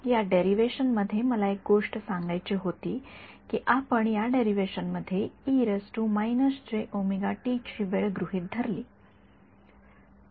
या डेरीव्हेशन मध्ये मला एक गोष्ट सांगायची होती की आपण या डेरीव्हेशनमध्ये ची वेळ गृहीत धरली